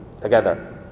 together